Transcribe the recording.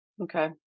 Okay